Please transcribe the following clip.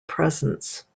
presence